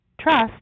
Trust